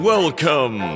Welcome